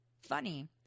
Funny